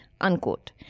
Unquote